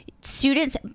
students